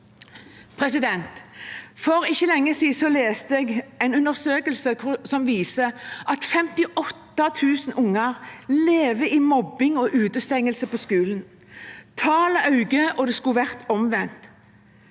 økonomi. For ikke lenge siden leste jeg en undersøkelse som viser at 58 000 unger lever med mobbing og utestengelse på skolen. Tallet øker, og det skulle vært omvendt.